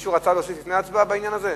מישהו רצה להוסיף לפני ההצבעה, בעניין הזה?